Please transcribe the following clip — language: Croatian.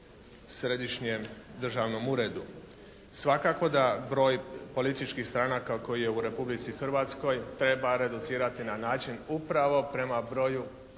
Središnjem državnom uredu. Svakako da broj političkih stranaka koje je u Republici Hrvatskoj treba reducirati na način upravo prema broju osnivatelja,